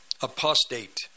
apostate